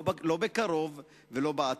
לא בקרוב ולא בעתיד.